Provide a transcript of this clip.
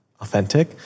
authentic